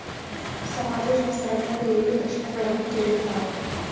ಸಮಾಜಶಾಸ್ತ್ರಜ್ಞರು ಹೇಗೆ ಪ್ರಶ್ನೆಗಳನ್ನು ಕೇಳುತ್ತಾರೆ?